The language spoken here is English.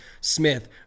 Smith